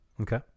Okay